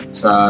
sa